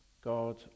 God